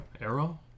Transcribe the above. Arrow